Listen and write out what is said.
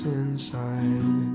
inside